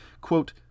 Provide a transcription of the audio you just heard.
quote